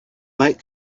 like